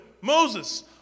Moses